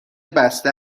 بسته